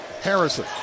Harrison